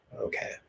Okay